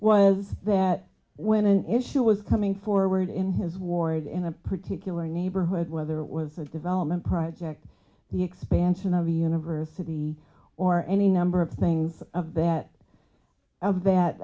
was that when an issue was coming forward in his ward in a particular neighborhood whether it was a development project the expansion of the university or any number of things of that of that